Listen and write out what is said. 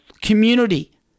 community